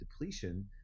depletion